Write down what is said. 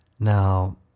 Now